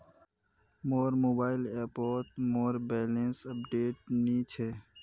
मोर मोबाइल ऐपोत मोर बैलेंस अपडेट नि छे